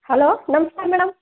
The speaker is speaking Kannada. ಹಲೋ ನಮಸ್ತೇ ಮೇಡಮ್